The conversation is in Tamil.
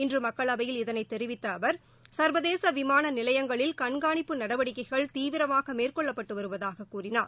இன்றுமக்களவையில் இதனைத் தெரிவித்தஅவர் சர்வதேசவிமானநிலையங்களில் கண்காணிப்பு நடவடிக்கைகள் தீவிரமாகமேறகொள்ளப்பட்டுவருவதாகக் கூறினார்